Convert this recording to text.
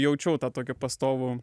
jaučiau tą tokį pastovų